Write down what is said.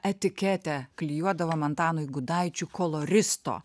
etiketę klijuodavom antanui gudaičiui koloristo